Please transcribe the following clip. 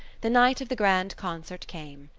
the night of the grand concert came.